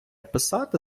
писати